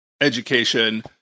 education